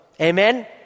Amen